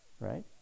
right